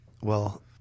Well-